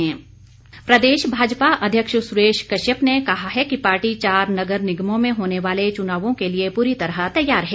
सुरेश कश्यप प्रदेश भाजपा अध्यक्ष सुरेश कश्यप ने कहा है कि पार्टी चार नगर निगमों में होने याले चुनायों के लिए पूरी तरह तैयार है